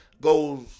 goes